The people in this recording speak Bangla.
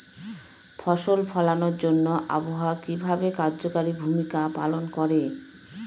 ফসল ফলানোর জন্য আবহাওয়া কিভাবে কার্যকরী ভূমিকা পালন করে?